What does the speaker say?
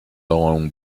owned